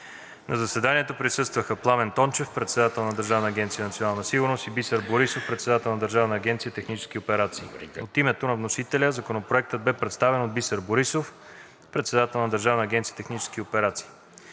На заседанието присъстваха Пламен Тончев – председател на Държавна агенция „Национална сигурност“, и Бисер Борисов – председател на Държавна агенция „Технически операции“. От името на вносителя Законопроектът бе представен от Бисер Борисов – председател на Държавна агенция „Технически операции“.